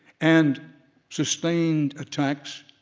and sustained attacks,